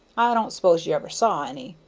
i don't suppose you ever saw any.